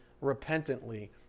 repentantly